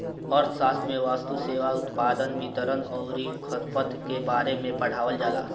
अर्थशास्त्र में वस्तु, सेवा, उत्पादन, वितरण अउरी खपत के बारे में पढ़ावल जाला